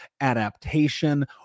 adaptation